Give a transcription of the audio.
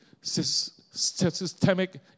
systemic